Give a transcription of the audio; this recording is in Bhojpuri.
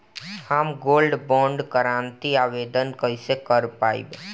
हम गोल्ड बोंड करतिं आवेदन कइसे कर पाइब?